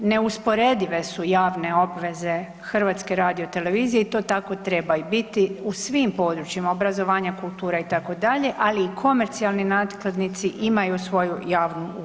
Neusporedive su javne obveze HRT-a i to tako treba i biti u svim područjima obrazovanja, kulture itd., ali i komercionalni nakladnici imaju svoju javnu ulogu.